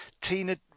Tina